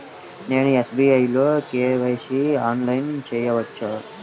నేను ఎస్.బీ.ఐ లో కే.వై.సి ఆన్లైన్లో చేయవచ్చా?